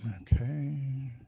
okay